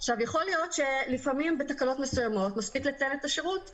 יכול להיות שלפעמים בתקלות מסוימות מספיק לתאר את השירות,